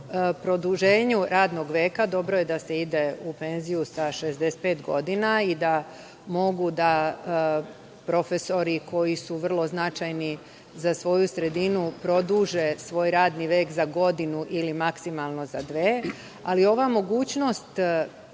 govori o produženju radnog veka. Dobro je da se ide u penziju sa 65 godina i da mogu profesori, koji su vrlo značajni za svoju sredinu, da produže svoj radni vek za godinu ili maksimalno za dve. Ova mogućnost